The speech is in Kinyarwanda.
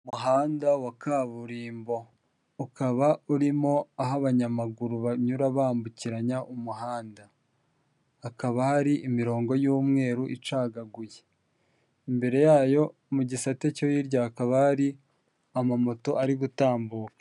Umuhanda wa kaburimbo ukaba urimo aho abanyamaguru banyura bambukiranya umuhanda, hakaba hari imirongo y'umweru icagaguye, imbere yayo mu gisate cyo hirya hakaba hari amamoto ari gutambuka.